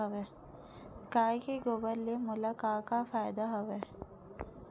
गाय के गोबर ले मोला का का फ़ायदा हवय?